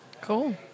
cool